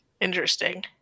Interesting